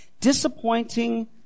Disappointing